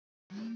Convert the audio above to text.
Bhim wallet কি?